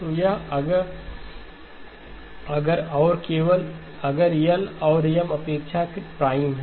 तो यह है अगर और केवल अगर L और M अपेक्षाकृत प्राइम हैं